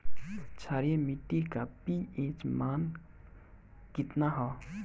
क्षारीय मीट्टी का पी.एच मान कितना ह?